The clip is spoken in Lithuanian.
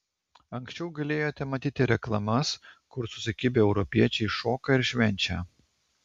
anksčiau galėjote matyti reklamas kur susikibę europiečiai šoka ir švenčia